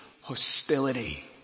hostility